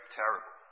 terrible